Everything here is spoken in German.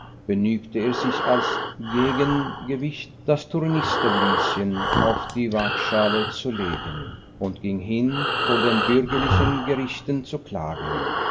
begnügte er sich als gegengewicht das tornister lieschen auf die wagschale zu legen und ging hin vor den bürgerlichen gerichten zu klagen